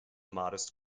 modest